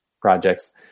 projects